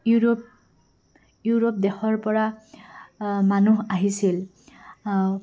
Europe Europe দেশৰ পৰা মানুহ আহিছিল